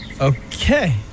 Okay